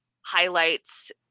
highlights